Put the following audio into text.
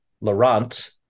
Laurent